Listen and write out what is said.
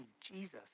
Jesus